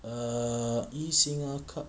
err E singa cup